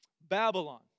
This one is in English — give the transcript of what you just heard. Babylon